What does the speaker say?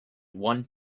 one